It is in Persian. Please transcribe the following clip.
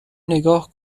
نگاه